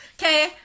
Okay